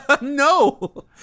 No